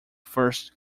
first